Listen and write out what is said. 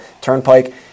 turnpike